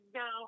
no